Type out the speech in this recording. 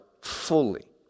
fully